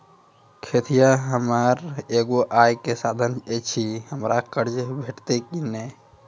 खेतीये हमर एगो आय के साधन ऐछि, हमरा कर्ज भेटतै कि नै?